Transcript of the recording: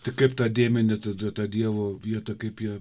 tik kaip tą dėmenį tą dievo vietą kaip jie